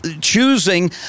choosing